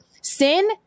sin